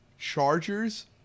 Chargers